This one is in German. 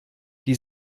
die